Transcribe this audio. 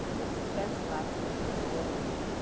the suspense lasted through the whole week.